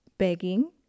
begging